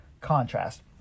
contrast